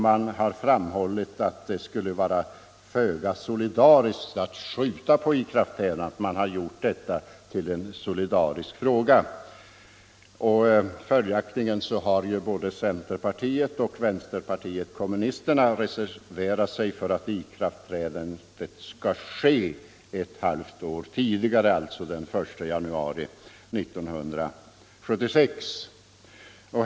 Man har framhållit att det skulle vara föga solidariskt att skjuta på ikraftträdandet, och därmed har man gjort detta till en fråga om solidaritet. Följaktligen har både centerpartiet och vänsterpartiet kommunisterna reserverat sig för att ikraftträdandet skall ske ett halvt år tidigare, alltså den 1 januari 1976.